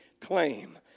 claim